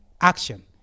action